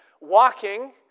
walking